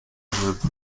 live